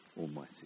Almighty